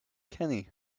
kenny